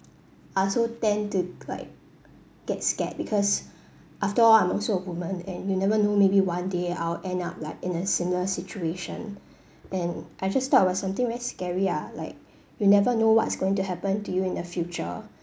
I also tend to like get scared because after all I'm also a woman and you never know maybe one day I'll end up like in a similar situation and I just thought about something very scary ah like you never know what's going to happen to you in the future